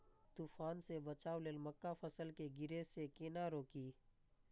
तुफान से बचाव लेल मक्का फसल के गिरे से केना रोकी?